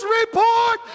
report